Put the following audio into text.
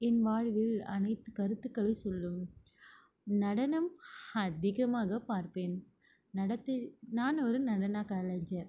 என் வாழ்வில் அனைத்து கருத்துக்களை சொல்லும் நடனம் அதிகமாக பார்ப்பேன் நடத்தை நான் ஒரு நடனக்கலைஞர்